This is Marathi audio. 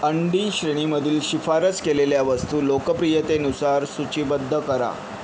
अंडी श्रेणीमधील शिफारस केलेल्या वस्तू लोकप्रियतेनुसार सूचीबद्ध करा